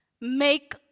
make